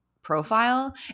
profile